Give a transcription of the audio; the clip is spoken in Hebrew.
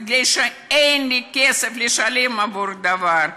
מפני שאין לי כסף לשלם עבור דבר.